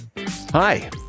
Hi